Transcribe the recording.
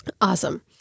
Awesome